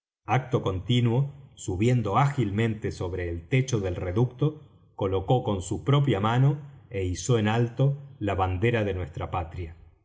acto continuo subiendo ágilmente sobre el techo del reducto colocó con su propia mano é izó en alto la bandera de nuestra patria